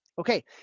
Okay